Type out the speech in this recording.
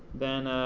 then